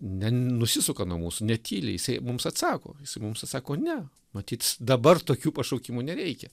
nenusisuka nuo mūsų netyli jisai mums atsako jisai mums atsako ne matyt dabar tokių pašaukimų nereikia